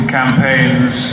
campaigns